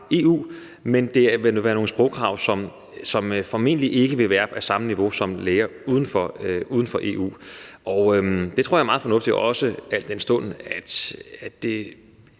EU, men at det vil være nogle sprogkrav, som formentlig ikke vil være på samme niveau, som læger uden for EU skal leve op til. Det tror jeg er meget fornuftigt, også al den stund at det